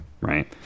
right